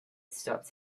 stops